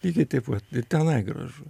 lygiai taip pat ir tenai gražu